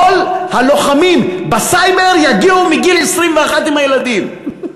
כל הלוחמים בסייבר יגיעו מגיל 21 עם הילדים.